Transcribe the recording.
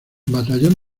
batallón